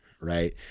right